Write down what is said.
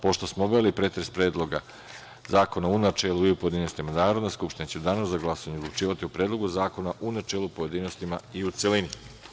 Pošto smo obavili pretres Predloga zakona u načelu i u pojedinostima, Narodna skupština će u danu za glasanje odlučivati o Predlogu zakona u načelu, u pojedinostima i u celini.